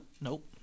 Nope